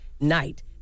night